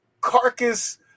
carcass